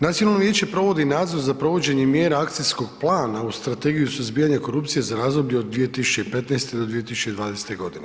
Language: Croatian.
Nacionalno vijeće provodi nadzor za provođenje mjera Akcijskog plana uz Strategiju suzbijanja korupcije za razdoblje od 2015. do 2020. godine.